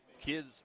kids